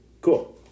Cool